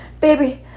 Baby